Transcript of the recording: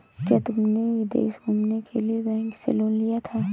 क्या तुमने विदेश घूमने के लिए बैंक से लोन लिया था?